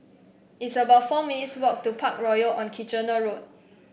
it's about four minutes' walk to Parkroyal on Kitchener Road